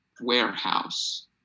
warehouse